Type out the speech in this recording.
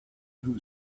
who